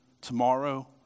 tomorrow